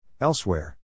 Elsewhere